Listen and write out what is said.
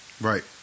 Right